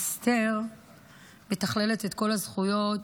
אסתר מתכללת את כל הזכויות